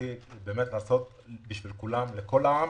א-פוליטי ובאמת לעשות בשביל כולם, לכל העם,